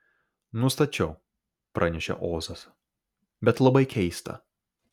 nustačiau pranešė ozas bet labai keista